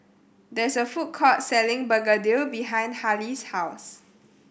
there is a food court selling Begedil behind Hali's house